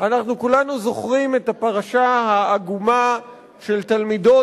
אנחנו כולנו זוכרים את הפרשה העגומה של תלמידות